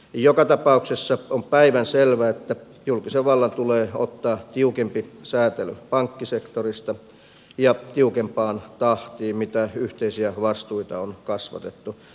joka tapauksessa on päivänselvää että julkisen vallan tulee ottaa tiukempi säätely pankkisektorista ja tiukempaan tahtiin kuin yhteisiä vastuita on kasvatettu